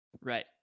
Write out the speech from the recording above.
Right